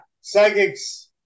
psychics